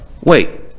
wait